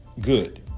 good